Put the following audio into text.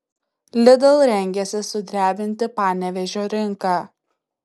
lidl rengiasi sudrebinti panevėžio rinką